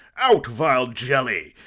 out, vile jelly!